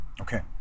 okay